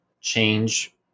change